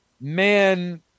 man